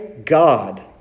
God